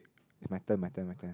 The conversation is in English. it's my turn my turn my turn